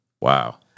Wow